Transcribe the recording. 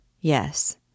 Yes